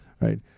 Right